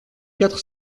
quatre